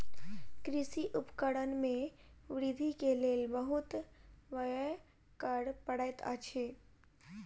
कृषि उपकरण में वृद्धि के लेल बहुत व्यय करअ पड़ैत अछि